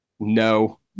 No